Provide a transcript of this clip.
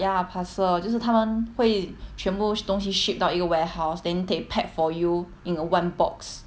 ya parcel 就是他们会全部东西 ship 到一个 warehouse then they pack for you in one box